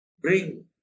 Bring